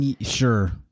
sure